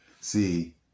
see